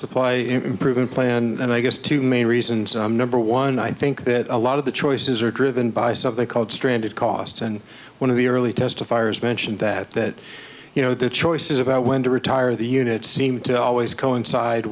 supply improvement plan and i guess two main reasons i'm number one i think that a lot of the choices are driven by something called stranded cost and one of the early testifiers mentioned that that you know the choices about when to retire the unit seem to always coincide